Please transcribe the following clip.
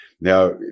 Now